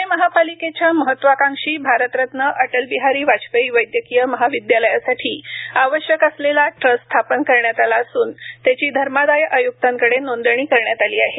पुणे महापालिकेच्या महत्त्वाकांक्षी भारतरत्न अटल बिहारी वाजपेयी वैद्यकीय महाविद्यालयासाठी आवश्यक असलेला ट्रस्ट स्थापन करण्यात आला असून त्याची धर्मादाय आय़क्तांकडे नोंदणी करण्यात आली आहे